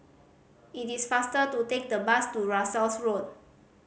it is faster to take the bus to Russels Road